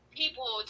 people